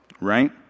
right